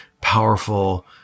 powerful